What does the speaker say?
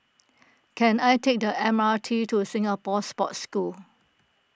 can I take the M R T to Singapore Sports School